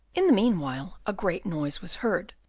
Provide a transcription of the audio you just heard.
in the meanwhile, a great noise was heard,